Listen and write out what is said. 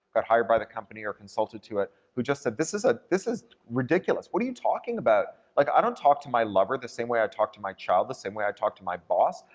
got hired by the company or consulted to it, who just said this is ah this is ridiculous. what are you talking about? like, i don't talk to my lover the same way i talk to my child the same way i talk to my boss.